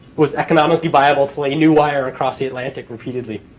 was economically viable to lay a new wire across the atlantic repeatedly.